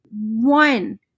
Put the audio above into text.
One